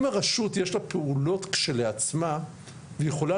אם הרשות יש לה פעולות כשלעצמה והיא יכולה